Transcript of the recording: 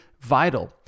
vital